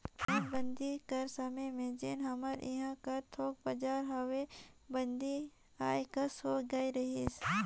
नोटबंदी कर समे में जेन हमर इहां कर थोक बजार हवे मंदी आए कस होए गए रहिस